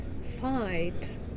fight